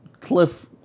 Cliff